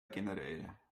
generell